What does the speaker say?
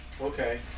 Okay